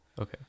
Okay